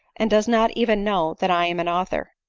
and does not even know that i am an author.